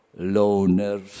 loners